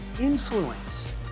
influence